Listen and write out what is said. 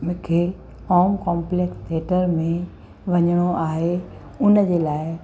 मूंखे Om complex theatre में वञिणो आहे हुनजे लाइ